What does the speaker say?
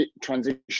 transition